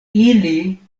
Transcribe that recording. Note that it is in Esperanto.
ili